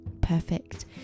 perfect